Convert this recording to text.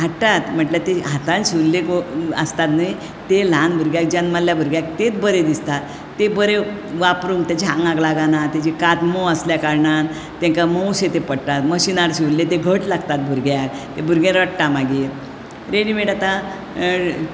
हाडटात म्हटल्यार ते हातान शिंवील्ले गो आसता न्ही ते ल्हान भुरग्याक जन्मल्ल्या भुरग्याक तेंच बरे दिसतात ते बरे वापरुंक तेच्या आंगाक लागना तेची कात मोंव आसल्या काणनान तेंकां मोंवशे ते पडटात मशीनार शिवील्ले ते घट लागतात भुरग्याक ते भुरगें रडटा मागीर रेडीमेट आता